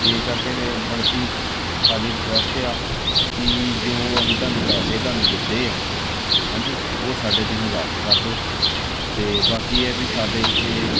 ਇਸ ਕਰਕੇ ਅਤੇ ਮਲ ਕਿ ਸਾਡੀ ਰਿਕੁਐਸਟ ਆ ਵੀ ਜੋ ਅਸੀਂ ਤੁਹਾਨੂੰ ਪੈਸੇ ਤੁਹਾਨੂੰ ਦਿੱਤੇ ਆ ਹਾਂਜੀ ਉਹ ਸਾਡੇ ਤੁਸੀਂ ਵਾਪਸ ਕਰ ਦਿਓ ਅਤੇ ਬਾਕੀ ਇਹ ਵੀ ਸਾਡੇ ਇੱਥੇ